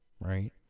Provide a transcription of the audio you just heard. Right